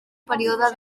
període